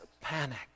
panic